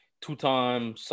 two-time